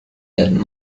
that